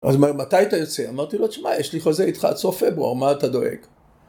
אז מתי אתה יוצא? אמרתי לו, תשמע, יש לי חוזה איתך עד סוף פברואר, מה אתה דואג?